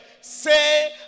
say